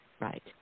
right